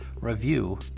review